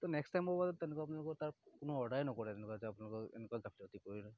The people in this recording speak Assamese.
তো নেক্স টাইম মোৰ মোবাইলত তেনেকুৱা আপোনালোকৰ তাৰ কোনো অৰ্ডাৰেই নকৰোঁ তেনেকুৱা যে আপোনালোকৰ এনেকুৱা এনেকুৱা গাফিলতি কৰে